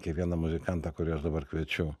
kiekvieną muzikantą kuriuos dabar kviečiu